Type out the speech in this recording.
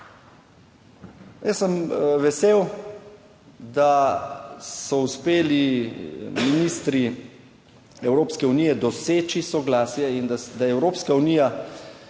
Jaz sem vesel, da so uspeli ministri Evropske unije doseči soglasje in da je Evropska unija